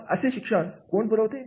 मग असे शिक्षण कोण पुरवते